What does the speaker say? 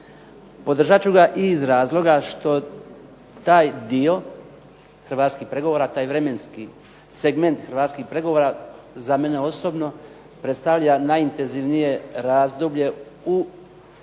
Podržat ću ga i iz razloga što taj dio hrvatskih pregovora, vremenski segment hrvatskih pregovora za mene osobno predstavlja najintenzivnije razdoblje u